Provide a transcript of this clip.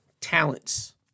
talents